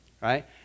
right